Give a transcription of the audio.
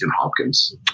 hopkins